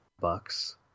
Bucks